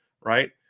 right